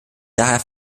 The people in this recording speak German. daher